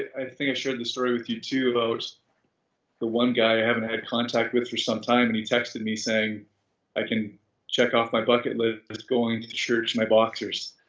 i think i shared the story with you too about the one guy i hadn't had contact with for some time and he texted me saying i can check off my bucket list going to church in my boxers.